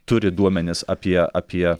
turi duomenis apie apie